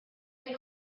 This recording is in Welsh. neu